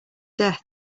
death